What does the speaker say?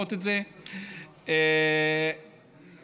לעשות כדי להציל עוד ועוד מזון.